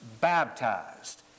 baptized